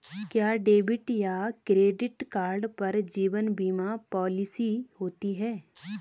क्या डेबिट या credit card पर जीवन बीमा पॉलिसी होती है?